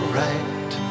right